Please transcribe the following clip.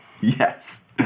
Yes